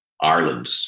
ireland